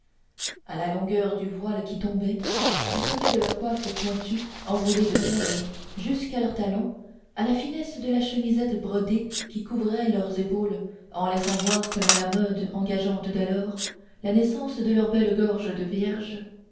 à la longueur du voile qui tombait du sommet de leur coiffe pointue enroulée de perles jusqu'à leurs talons à la finesse de la chemisette brodée qui couvrait leurs épaules en laissant voir selon la mode engageante d'alors la naissance de leurs belles gorges de vierges